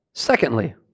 Secondly